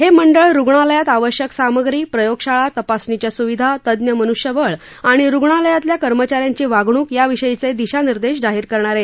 हे मंडळ रुग्णालयात आवश्यक सामग्री प्रयोगशाळा तपासणीच्या स्विधा तज्ञ मन्ष्यबळ आणि रुग्णालयातल्या कर्मचाऱ्यांची वागणूक याविषयीचे शिशानिर्पेश जाहीर करणार आहे